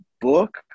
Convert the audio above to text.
book